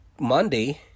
Monday